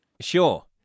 Sure